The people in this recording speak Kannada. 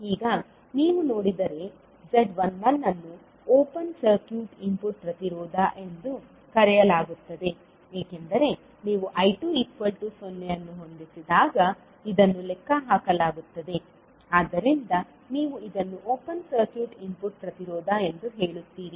ಈಗ ನೀವು ನೋಡಿದರೆ z11 ಅನ್ನು ಓಪನ್ ಸರ್ಕ್ಯೂಟ್ ಇನ್ಪುಟ್ ಪ್ರತಿರೋಧ ಎಂದು ಕರೆಯಲಾಗುತ್ತದೆ ಏಕೆಂದರೆ ನೀವು I20 ಅನ್ನು ಹೊಂದಿಸಿದಾಗ ಇದನ್ನು ಲೆಕ್ಕಹಾಕಲಾಗುತ್ತದೆ ಆದ್ದರಿಂದ ನೀವು ಇದನ್ನು ಓಪನ್ ಸರ್ಕ್ಯೂಟ್ ಇನ್ಪುಟ್ ಪ್ರತಿರೋಧ ಎಂದು ಹೇಳುತ್ತೀರಿ